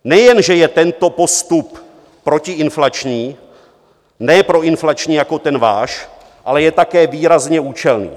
Nejen že je tento postup protiinflační, ne proinflační jako ten váš, ale je také výrazně účelný.